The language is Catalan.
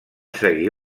seguir